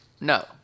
No